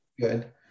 good